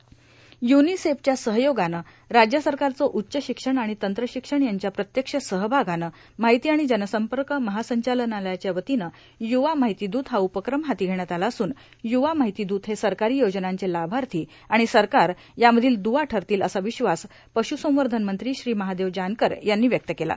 र्य्गानसेफच्या सहयोगानं राज्य सरकारचं उच्च शिक्षण आर्गण तंत्र्गशक्षण यांच्या प्रत्यक्ष सहभागानं मार्ाहती आर्ाण जनसंपक महासंचालनालयाच्या वतीनं यूवा मार्ाहती दूत हा उपक्रम हाती घेण्यात आला असून युवा मार्ाहती दूत हे सरकारो योजनांचे लाभार्था आर्गाण सरकार यामधील द्वा ठरतील असा विश्वास पश्संवधन मंत्री श्री महादेव जानकर यांनी व्यक्त केला